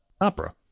opera